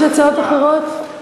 יש הצעות אחרות?